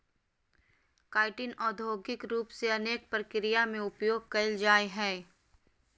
chitin औद्योगिक रूप से अनेक प्रक्रिया में उपयोग कइल जाय हइ